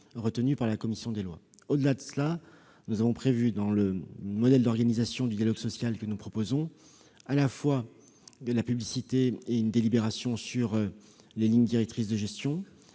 retenues par la commission des lois. Au-delà, nous avons prévu dans le modèle d'organisation du dialogue social que nous proposons à la fois de la publicité, en particulier celle des barèmes, une délibération sur les lignes directrices de gestion,